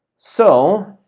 so,